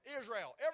Israel